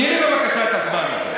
תני לי בבקשה את הזמן הזה.